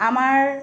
আমাৰ